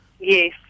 Yes